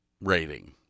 rating